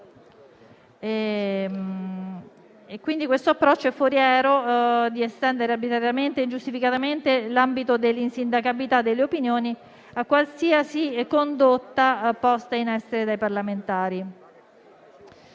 Quindi, questo approccio è foriero di una estensione arbitraria e ingiustificata dell'ambito della insindacabilità delle opinioni a qualsiasi condotta posta in essere dai parlamentari.